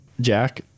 Jack